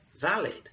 valid